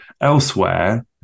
elsewhere